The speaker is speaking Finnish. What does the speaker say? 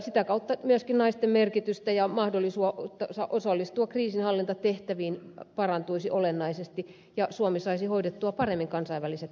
sitä kautta myöskin naisten mahdollisuus osallistua kriisinhallintatehtäviin parantuisi olennaisesti ja suomi saisi hoidettua paremmin kansainväliset velvoitteensa